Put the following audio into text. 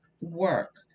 work